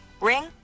Ring